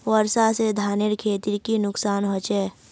वर्षा से धानेर खेतीर की नुकसान होचे?